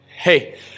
Hey